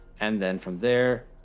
and then from there,